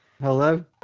hello